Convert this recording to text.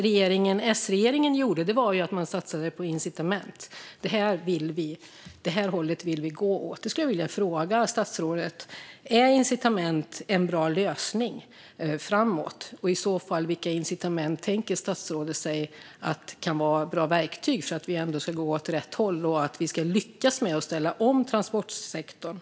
S-regeringen satsade på incitament och visade åt vilket håll man ville gå. Jag skulle vilja fråga statsrådet: Är incitament en bra lösning framåt? I så fall - vilka incitament tänker sig statsrådet kan vara bra verktyg för att vi ska gå åt rätt håll och för att vi ska lyckas med att ställa om transportsektorn?